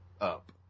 up